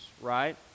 right